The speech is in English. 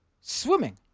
swimming